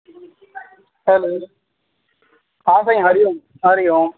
hello हा साईं हरि ऊं हरि ऊं